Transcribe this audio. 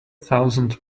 thousand